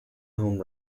home